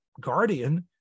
guardian